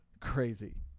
crazy